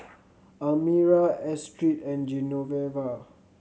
Almyra Astrid and Genoveva